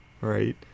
Right